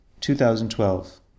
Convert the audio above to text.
2012